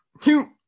two